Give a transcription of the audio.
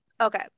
okay